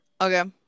Okay